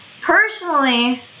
personally